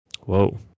Whoa